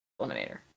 Eliminator